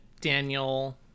Daniel